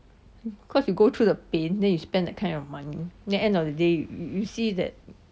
cause you go through the pain then you spend that kind of money then end of the day yo~ you see that